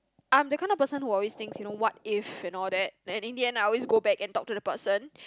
I'm the kind of person who always thinks you know what if and all that then in the end I always go back and talk to the person